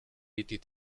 était